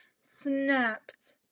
snapped